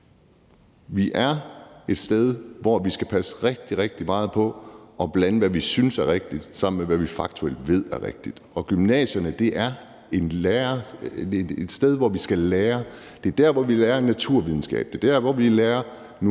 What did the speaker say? vi er et sted, hvor vi skal passe rigtig, rigtig meget på ikke at blande, hvad vi synes er rigtigt, sammen med, hvad vi faktuelt ved er rigtigt. Og gymnasierne er et sted, hvor vi skal lære. Det er der, hvor vi lærer naturvidenskab, og det er der, hvor vi lærer